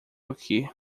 aqui